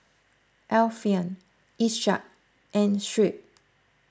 Alfian Ishak and Shuib